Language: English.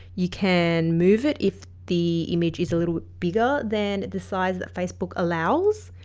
you can move it if the image is a little bigger than the size that facebook allows.